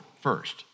first